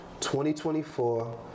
2024